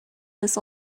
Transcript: this